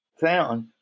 found